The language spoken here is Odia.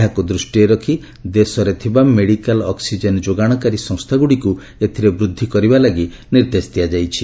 ଏହାକୁ ଦୃଷ୍ଟିରେ ରଖି ଦେଶରେ ଥିବା ମେଡିକାଲ୍ ଅକ୍ୱିଜେନ୍ ଯୋଗାଣକାରୀ ସଂସ୍ଥାଗୁଡ଼ିକୁ ଏଥିରେ ବୃଦ୍ଧି କରିବା ଲାଗି ନିର୍ଦ୍ଦେଶ ଦିଆଯାଇଛି